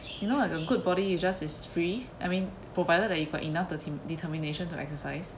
you know like a good body you just is free I mean provided that you got enough deter~ determination to exercise